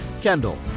Kendall